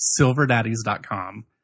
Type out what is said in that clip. Silverdaddies.com